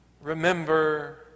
Remember